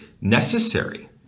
necessary